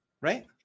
Right